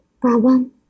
problem